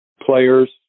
players